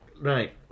Right